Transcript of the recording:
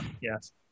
yes